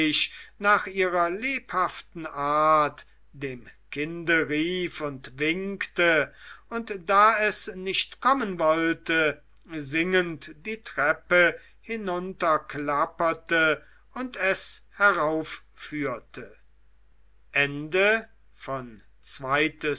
nach ihrer lebhaften art dem kinde rief und winkte und da es nicht kommen wollte singend die treppe hinunter klapperte und es heraufführte